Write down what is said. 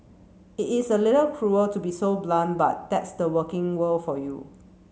it is a little cruel to be so blunt but that's the working world for you